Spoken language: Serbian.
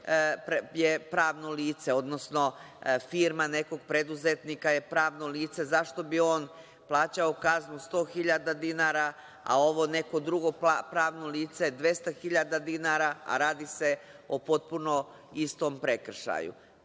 je pravno lice, odnosno firma nekog preduzetnika je pravno lice. Zašto bi on plaćao kaznu 100 hiljada dinara, a ovo neko drugo pravno lice 200 hiljada dinara, a radi se o potpuno istom prekršaju. Radi